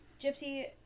Gypsy